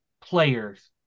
players